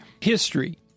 history